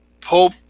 Pope